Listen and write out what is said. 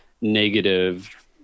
negative